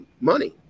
money